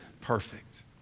perfect